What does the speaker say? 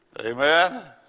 Amen